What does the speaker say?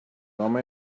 come